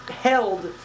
held